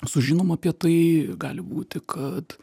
sužinom apie tai gali būti kad